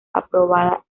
aprobada